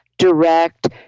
direct